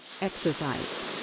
Exercise